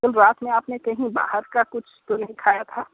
कल रात में आप ने कहीं बाहर का कुछ तो नहीं खाया था